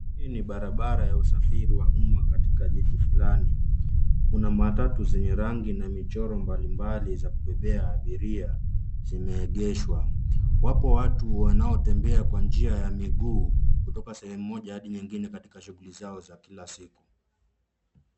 Hii ni barabara ya usafiri wa umma katika jiji fulani. Kuna matatu zenye rangi na michoro mbalimbali za kubebea abiria zimeegeshwa. Wapo watu wanaotembea kwa njia ya miguu kutoka sehemu moja hadi nyingine katika shughuli zao za kila siku.